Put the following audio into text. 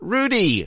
Rudy